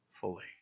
fully